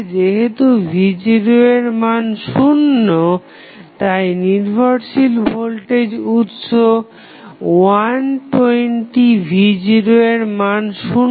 যেহেতু v0 এর মান শুন্য তাই নির্ভরশীল ভোল্টেজ উৎস 120v0 এর মান হবে শুন্য